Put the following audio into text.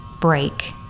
break